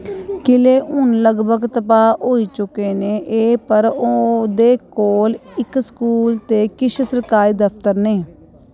किले हुन लगभग तबाह् होई चुके ने एह् पर ओह्दे कोल इक स्कूल ते किश सरकारी दफ्तर न